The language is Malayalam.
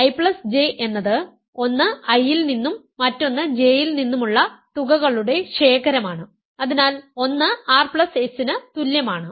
IJ എന്നത് ഒന്ന് I യിൽ നിന്നും മറ്റൊന്ന് J യിൽ നിന്നുമുള്ള തുകകളുടെ ശേഖരമാണ് അതിനാൽ 1 rs ന് തുല്യമാണ്